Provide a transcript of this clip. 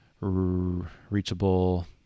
reachable